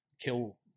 kill